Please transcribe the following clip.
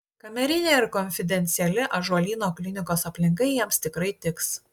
kamerinė ir konfidenciali ąžuolyno klinikos aplinka jiems tikrai tiks